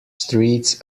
streets